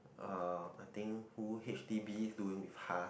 um I think who H_D_B doing with task